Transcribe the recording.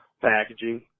Packaging